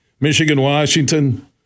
Michigan-Washington